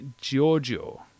Giorgio